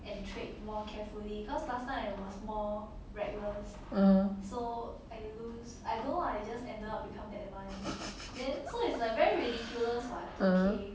uh uh